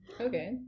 okay